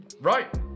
Right